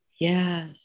Yes